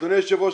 אדוני היושב ראש,